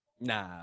nah